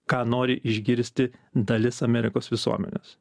ką nori išgirsti dalis amerikos visuomenės